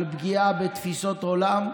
על פגיעה בתפיסות עולם.